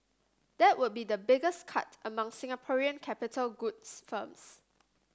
that would be the biggest cut among Singaporean capital goods firms